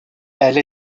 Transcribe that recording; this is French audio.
elle